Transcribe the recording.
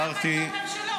אז למה אתה אומר שלא?